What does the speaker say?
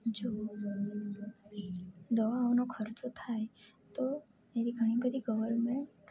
જો દવાઓનો ખર્ચો થાય તો એવી ઘણી બધી ગવર્મેન્ટ